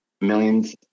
millions